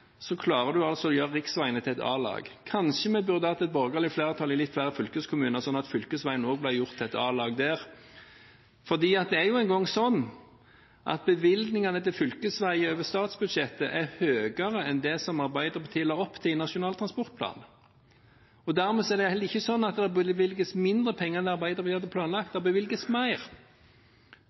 så fort man får et borgerlig flertall i Stortinget, klarer man å gjøre riksveiene til et A-lag. Kanskje vi burde hatt borgerlig flertall i litt flere fylkeskommuner, slik at fylkesveiene også ble gjort til et A-lag. For det er nå engang sånn at bevilgningene til fylkesveier over statsbudsjettet er høyere enn det som Arbeiderpartiet la opp til i Nasjonal transportplan. Dermed er det heller ikke sånn at det bevilges mindre penger enn Arbeiderpartiet hadde planlagt, det bevilges mer.